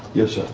yes, sir.